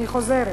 אני חוזרת